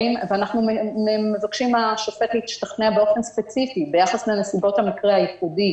ואנחנו מבקשים מהשופט להשתכנע באופן ספציפי ביחס לנסיבות המקרה הייחודי.